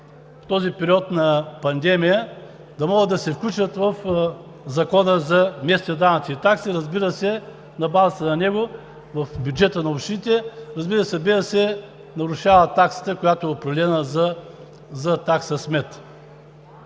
в този период на пандемия, да могат да се включат в Закона за местните данъци и такси, разбира се, на базата на него в бюджета на общините, разбира се, без да се нарушава таксата, която е определена за такса смет.